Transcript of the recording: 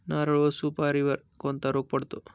नारळ व सुपारीवर कोणता रोग पडतो?